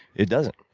it doesn't.